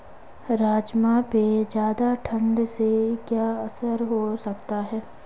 राजमा पे ज़्यादा ठण्ड से क्या असर हो सकता है?